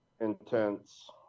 intense